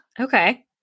Okay